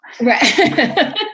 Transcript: Right